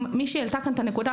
מישהי העלתה כאן את הנקודה,